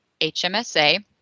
HMSA